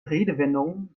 redewendungen